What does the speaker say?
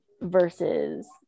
versus